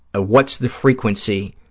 ah what's the frequency,